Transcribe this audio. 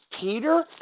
Peter